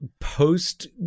post